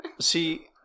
see